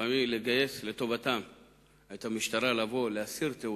לגייס לטובתם את המשטרה לבוא ולהסיר תעודה,